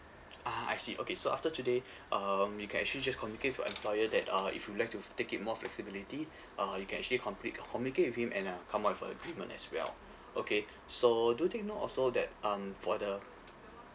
ah I see okay so after today um you can actually just communicate with your employer that uh if you'd like to f~ take it more flexibility uh you can actually complete co~ communicate with him and uh come up with agreement as well okay so do take note also that um for the